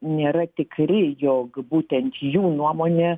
nėra tikri jog būtent jų nuomonė